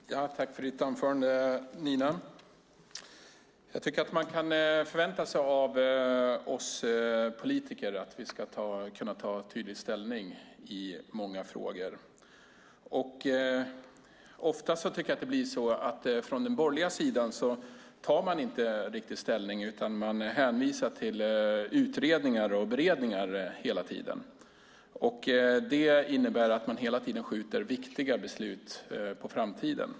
Fru talman! Tack för ditt anförande, Nina! Jag tycker att man kan förvänta sig att vi politiker tar tydlig ställning i många frågor. Ofta blir det så att man från den borgerliga sidan inte riktigt tar ställning utan hänvisar till utredningar och beredningar. Det innebär att man hela tiden skjuter viktiga beslut på framtiden.